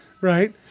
right